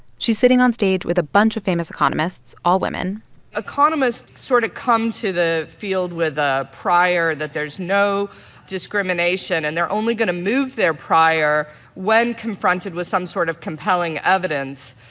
she's sitting onstage with a bunch of famous economists, all women economists sort of come to the field with a prior that there's no discrimination. and they're only going to move their prior when confronted with some sort of compelling evidence.